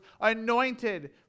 anointed